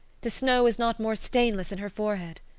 the snow is not more stainless than her forehead!